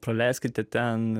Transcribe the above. praleiskite ten